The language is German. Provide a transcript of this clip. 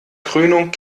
krönung